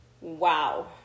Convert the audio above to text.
wow